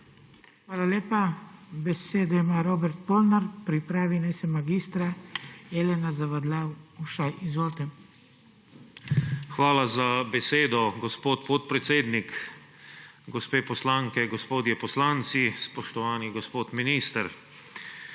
Hvala lepa. Besedo ima Robert Polnar, pripravi naj se mag. Elena Zavadlav Ušaj. Izvolite. ROBERT POLNAR (PS DeSUS): Hvala za besedo, gospod podpredsednik, gospe poslanke, gospodje poslanci, spoštovani gospod minister.